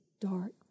dark